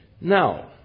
Now